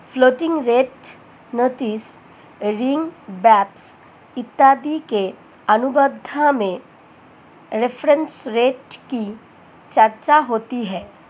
floating rate notes रिंग swap इत्यादि के अनुबंध में रेफरेंस रेट की चर्चा होती है